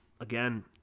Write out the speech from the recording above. again